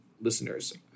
listeners